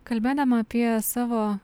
kalbėdama apie savo